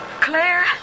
Claire